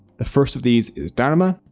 the first of these is dharma.